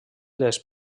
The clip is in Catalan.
les